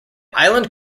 island